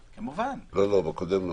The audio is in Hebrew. לא, הקודם לא.